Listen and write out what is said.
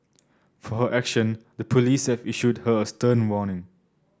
for her action the police have issued her a stern warning